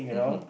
mmhmm